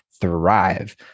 thrive